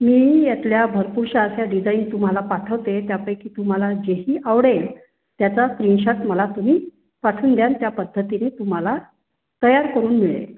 मी यातल्या भरपुरश्या अशा डिझाईन तुम्हाला पाठवते त्यापैकी तुम्हाला जेही आवडेल त्याचा स्क्रिनशॉट मला तुम्ही पाठवून द्याल त्या पद्धतीने तुम्हाला तयार करुन मिळेल